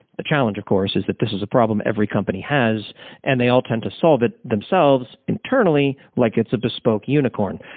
the challenge of course is that this is a problem every company has and they all tend to solve it themselves internally like it's a bespoke unicorn.